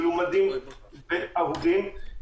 מלומדים ואהובים,